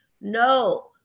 No